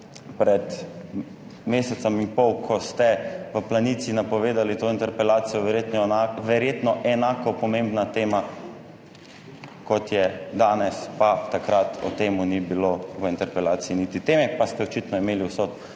pred mesecem in pol, ko ste v Planici napovedali to interpelacijo, verjetno enako pomembna tema, kot je danes, pa takrat o tem ni bilo v interpelaciji niti teme, pa ste očitno imeli vso